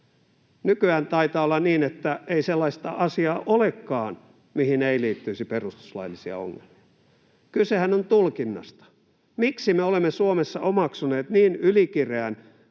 Nykyään taitaa olla niin, että ei sellaista asiaa olekaan, mihin ei liittyisi perustuslaillisia ongelmia. Kysehän on tulkinnasta. Miksi me olemme Suomessa omaksuneet niin ylikireän